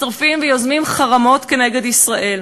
מצטרפים ויוזמים חרמות נגד ישראל.